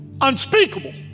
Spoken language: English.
Unspeakable